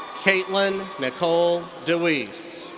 kaitlyn nicole deweese.